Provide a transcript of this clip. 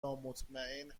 نامطمئن